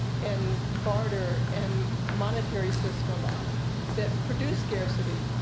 and barter, and monetary systems that produce scarcity.